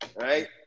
Right